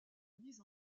mise